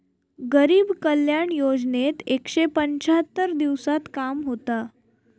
गरीब कल्याण योजनेत एकशे पंच्याहत्तर दिवसांत काम होता